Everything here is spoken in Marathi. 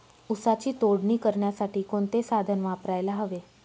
ऊसाची तोडणी करण्यासाठी कोणते साधन वापरायला हवे?